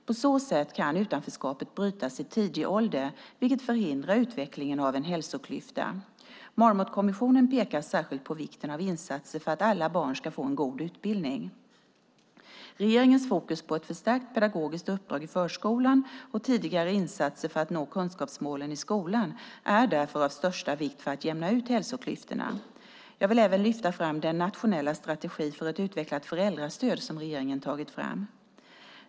På så sätt kan utanförskapet brytas i tidig ålder, vilket förhindrar utvecklingen av en hälsoklyfta. Marmotkommissionen pekar särskilt på vikten av insatser för att alla barn ska få en god utbildning. Regeringens fokus på ett förstärkt pedagogiskt uppdrag i förskolan och tidigare insatser för att nå kunskapsmålen i skolan är därför av största vikt för att jämna ut hälsoklyftorna. Jag vill även lyfta fram den nationella strategi för ett utvecklat föräldrastöd som regeringen tagit fram.